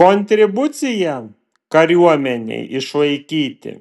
kontribucija kariuomenei išlaikyti